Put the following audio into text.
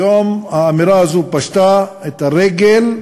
היום האמירה הזו פשטה את הרגל,